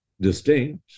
distinct